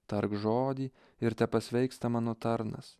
tark žodį ir tepasveiksta mano tarnas